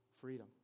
freedom